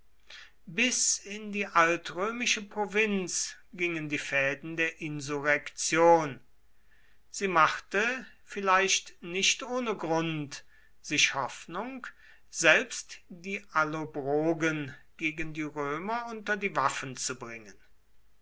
bis in die altrömische provinz gingen die fäden der insurrektion sie machte vielleicht nicht ohne grund sich hoffnung selbst die allobrogen gegen die römer unter die waffen zu bringen